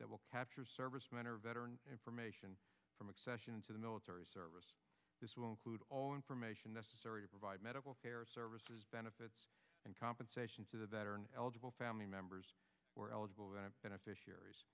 that will capture servicemen or veteran information from accession to the military service this will include all information necessary to provide medical care services benefits and compensation to the veteran eligible family members or eligible the beneficiaries